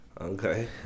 Okay